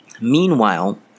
Meanwhile